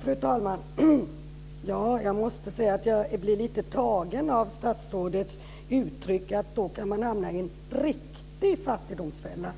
Fru talman! Jag måste säga att jag blir lite tagen när statsrådet säger att då kan man hamna i en riktig fattigdomsfälla.